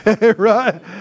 right